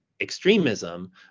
extremism